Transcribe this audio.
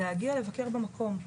להגיע לבקר במקום.